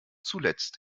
zuletzt